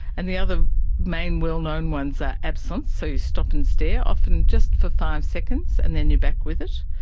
and the other main well-known ones are absence, so you stop and stare, often just for five seconds and then you are back with it.